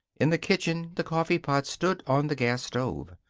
in the kitchen the coffeepot stood on the gas stove.